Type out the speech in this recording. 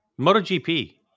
MotoGP